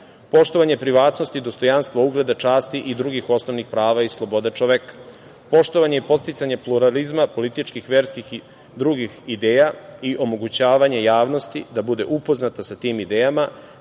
Poštovanje privatnosti, dostojanstva, ugleda, časti i drugih osnovnih prava i sloboda čoveka; Poštovanje i podsticanje pluralizma političkih, verski i drugih ideja i omogućavanje javnosti da bude upoznata sa tim idejama,